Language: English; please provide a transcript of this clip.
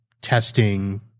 testing